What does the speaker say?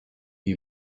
you